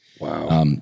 Wow